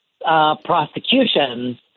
prosecutions